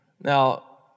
Now